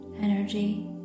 energy